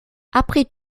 après